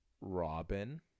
Robin